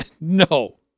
No